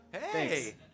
Hey